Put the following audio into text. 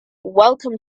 welcome